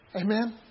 Amen